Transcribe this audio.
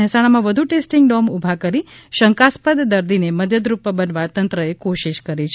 મહેસાણા માં વધુ testing dome ઊભા કરી શંકાસ્પદ દર્દીને મદદરૂપ બનવા તંત્રએ કોશિશ કરી છે